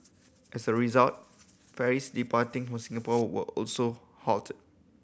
as a result ferries departing from Singapore were also halted